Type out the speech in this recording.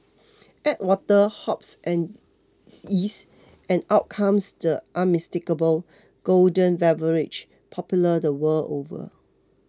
add water hops and yeast and out comes the unmistakable golden beverage popular the world over